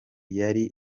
yari